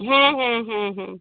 হ্যাঁ হ্যাঁ হ্যাঁ হ্যাঁ